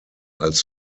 als